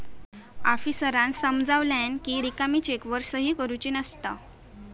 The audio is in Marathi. आफीसरांन समजावल्यानं कि रिकामी चेकवर सही करुची नसता